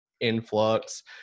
influx